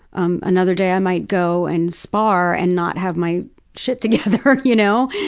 um another day i might go and spar and not have my shit together, you know.